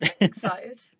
Excited